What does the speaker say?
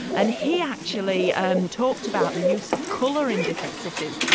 and he actually and talked about the use of color in different cities,